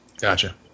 gotcha